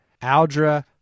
Aldra